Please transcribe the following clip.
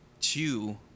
two –